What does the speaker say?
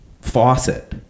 faucet